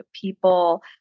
people